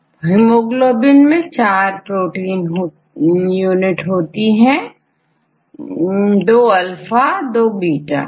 छात्र 4 हिमोग्लोबिन में 4 protein subunit होती हैदो अल्फा और दो बीटा